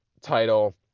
title